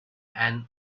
and